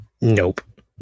Nope